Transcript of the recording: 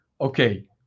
okay